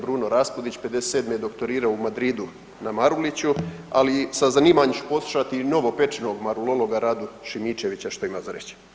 Bruno Raspudić, '57. je doktorirao u Madridu na Maruliću, ali sa zanimanjem ću poslušati i novopečenog marulologa Radu Šimičevića što ima za reći.